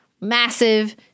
Massive